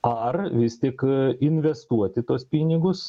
ar vis tik investuoti tuos pinigus